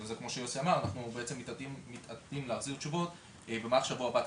אנחנו מתעתדים להחזיר תשובות במהלך השבוע הבא.